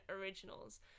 Originals